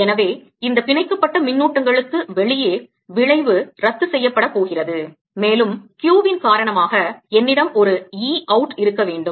எனவே இந்த பிணைக்கப்பட்ட மின்னூட்டங்களுக்கு வெளியே விளைவு ரத்து செய்யப்பட போகிறது மேலும் Q வின் காரணமாக என்னிடம் ஒரு E out இருக்க வேண்டும்